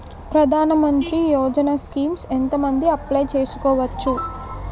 ప్రధాన మంత్రి యోజన స్కీమ్స్ ఎంత మంది అప్లయ్ చేసుకోవచ్చు?